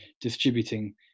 distributing